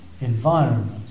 environment